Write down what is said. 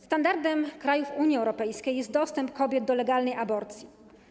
Standardem krajów Unii Europejskiej jest dostęp kobiet do legalnej aborcji.